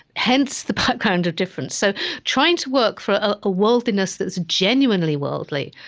hence the background of difference. so trying to work for a worldliness that's genuinely worldly,